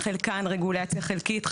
חלקן רגולציה חלקית,